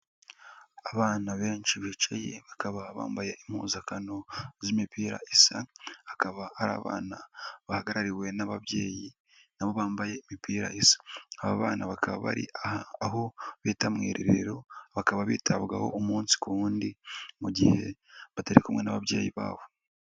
Abana benshi bicaye bakaba bambaye impuzankano z'imipira isa, akaba ari abana bahagarariwe n'ababyeyi nabo bambaye imipira isa, aba bana bakaba bari aho bita mu irerero, bakaba bitabwaho umunsi ku wundi mu gihe batari kumwe n'ababyeyi babo.